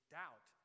doubt